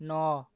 ନଅ